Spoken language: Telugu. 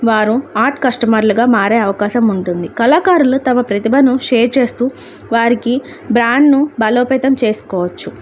వారు ఆర్ట్ కస్టమర్లుగా మారే అవకాశం ఉంటుంది కళాకారులు తమ ప్రతిభను షేర్ చేస్తూ వారి బ్రాండ్ను బలోపేతం చేసుకోవచ్చు